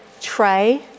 tray